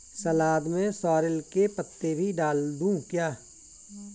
सलाद में सॉरेल के पत्ते भी डाल दूं क्या?